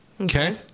Okay